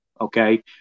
okay